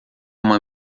uma